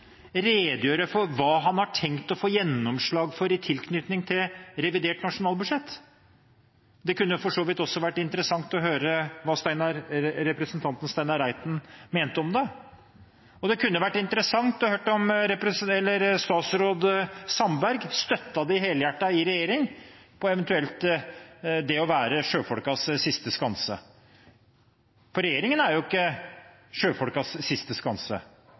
tenkt å få gjennomslag for i tilknytning til revidert nasjonalbudsjett. Det kunne for så vidt også ha vært interessant å høre hva representanten Steinar Reiten mener om det, og det kunne vært interessant å høre om statsråd Sandberg støttet dem helhjertet i regjering, med tanke på at Fremskrittspartiet skal være «sjømennenes siste skanse». Regjeringen er jo ikke sjøfolkenes siste skanse.